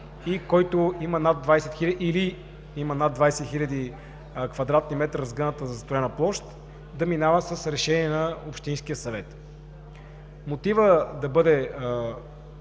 или който има над 20 хил. кв. м разгъната застроена площ, да минава с решение на Общинския съвет. Мотивът да бъде